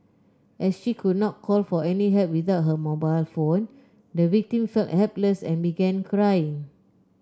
as she could not call for any help without her mobile phone the victim felt helpless and began crying